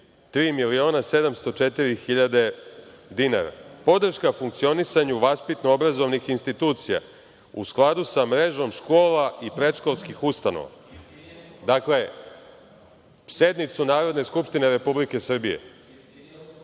3.243.704.000,00 dinara, podrška funkcionisanju vaspitno obrazovnih institucija u skladu sa mrežom škola i predškolskih ustanova. Sednicu Narodne skupštine Republike Srbije